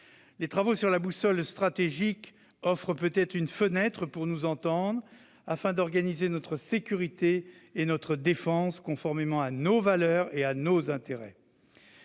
Les travaux sur la « boussole stratégique » offrent peut-être une fenêtre pour nous entendre afin d'organiser notre sécurité et notre défense conformément à nos valeurs et à nos intérêts.